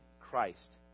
Christ